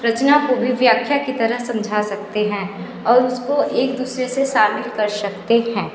रचना को भी व्याख्या की तरह समझा सकते हैं और उसको एक दूसरे से शामिल कर सकते हैं